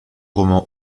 roman